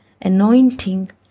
anointing